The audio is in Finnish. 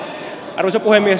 arvoisa puhemies